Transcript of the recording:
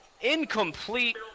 incomplete